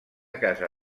casa